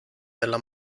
della